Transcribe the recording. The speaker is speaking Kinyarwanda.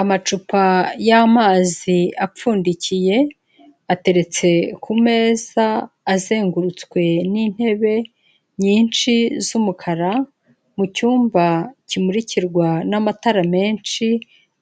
Amacupa y'amazi apfundikiye ateretse ku meza azengurutswe n'intebe nyinshi z'umukara, mu cyumba kimurikirwa n'amatara menshi